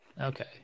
Okay